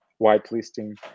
whitelisting